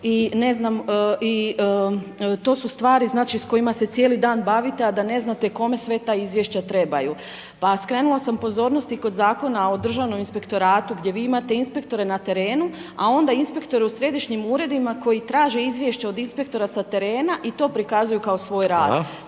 i to su stvari, znači, s kojima se cijeli dan bavite, a da ne znate kome sve ta izvješća trebaju. Pa skrenula sam pozornost i kod Zakona o Državnom inspektoratu gdje vi imate inspektore na terenu, a onda inspektori u Središnjim uredima koji traže izvješća od inspektora sa terena i to prikazuju kao svoj